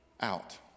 out